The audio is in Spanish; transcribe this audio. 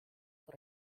por